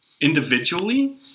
individually